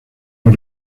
los